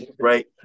right